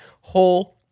whole